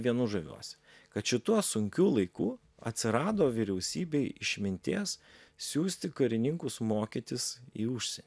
vienu žaviuosi kad šituo sunkiu laiku atsirado vyriausybei išminties siųsti karininkus mokytis į užsienį